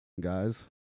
Guys